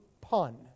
pun